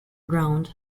ground